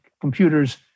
Computers